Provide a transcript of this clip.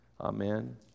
Amen